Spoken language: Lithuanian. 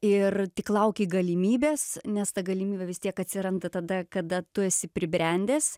ir tik laukei galimybės nes ta galimybė vis tiek atsiranda tada kada tu esi pribrendęs